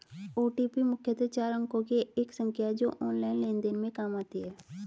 OTP मुख्यतः चार अंकों की एक संख्या है जो ऑनलाइन लेन देन में काम आती है